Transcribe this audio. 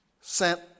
sent